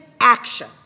action